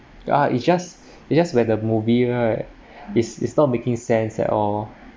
ya it's just it's just when the movie right is is not making sense at all